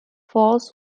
falls